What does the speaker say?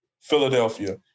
Philadelphia